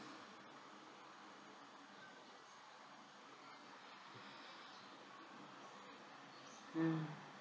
mm